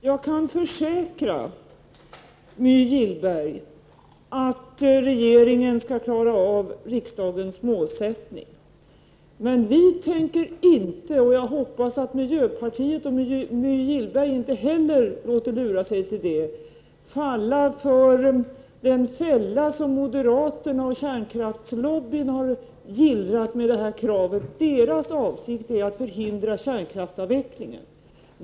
Herr talman! Jag kan försäkra My Gillberg att regeringen skall klara av riksdagens målsättning. Men vi i regeringen tänker inte ramla i den fälla som moderaterna och kärnkraftslobbyn har gillrat med detta krav. Och jag hoppas att miljöpartiet och My Gillberg inte heller låter lura sig. Deras avsikt är att förhindra kärnkraftsavvecklingen.